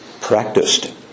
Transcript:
practiced